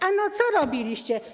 Ano co robiliście?